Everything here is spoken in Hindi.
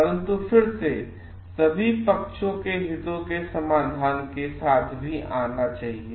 परंतु फिर से सभी पक्षों के हितों के लिए समाधान के साथ भी आना चाहिए